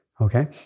Okay